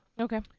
Okay